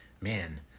man